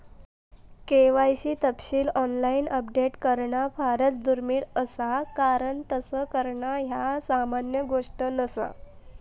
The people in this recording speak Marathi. के.वाय.सी तपशील ऑनलाइन अपडेट करणा फारच दुर्मिळ असा कारण तस करणा ह्या सामान्य गोष्ट नसा